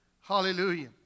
Hallelujah